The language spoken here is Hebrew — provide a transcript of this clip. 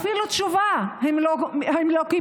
אפילו תשובה הם לא קיבלו,